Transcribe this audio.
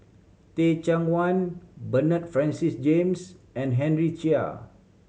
Teh Cheang Wan Bernard Francis James and Henry Chia